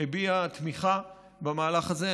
הביע תמיכה במהלך הזה.